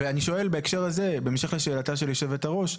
אני שואל בהקשר הזה בהמשך לשאלתה של יושבת-הראש.